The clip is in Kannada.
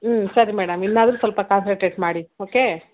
ಹ್ಞೂ ಸರಿ ಮೇಡಮ್ ಇನ್ನಾದರೂ ಸ್ವಲ್ಪ ಕಾನ್ಸನ್ಟ್ರೇಟ್ ಮಾಡಿ ಓಕೆ